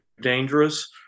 dangerous